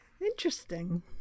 Interesting